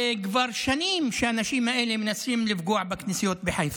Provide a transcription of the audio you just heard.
זה כבר שנים שהאנשים האלה מנסים לפגוע בכנסיות בחיפה,